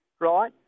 right